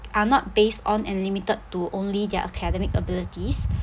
are not based on and limited to only their academic abilities